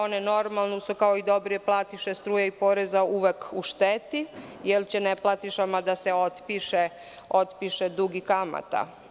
One su kao dobre platiše struje i poreza uvek u šteti, jer će ne platišama da se otpiše dug i kamata.